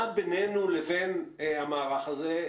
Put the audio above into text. מה בינינו לבין המערך הזה?